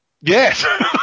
yes